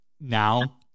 now